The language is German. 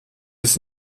jetzt